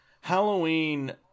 Halloween